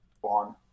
one